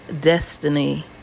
destiny